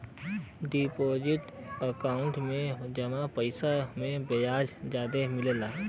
deposit account में जमा पइसा पे ब्याज जादा मिलला